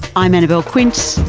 i'm annabelle quince,